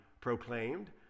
proclaimed